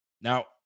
Now